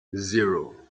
zero